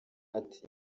ati